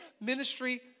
ministry